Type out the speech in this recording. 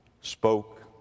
spoke